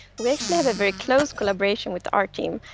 we actually have a very close collaboration with the art team.